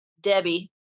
Debbie